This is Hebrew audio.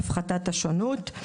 הפחתת השונות.